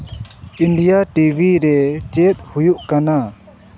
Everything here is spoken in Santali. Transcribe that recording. ᱤᱱᱰᱤᱭᱟ ᱴᱤᱵᱷᱤ ᱨᱮ ᱪᱮᱫ ᱦᱩᱭᱩᱜ ᱠᱟᱱᱟ